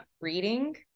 Reading